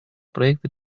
проект